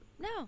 No